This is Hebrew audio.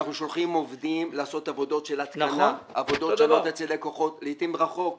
אנחנו שולחים עובדים לעשות עבודות אצל לקוחות ולעתים הם רחוק.